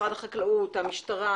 המשטרה,